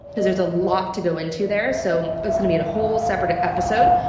because there's a lot to go in to there. so it's gonna be a whole separate episode.